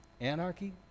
Anarchy